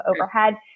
overhead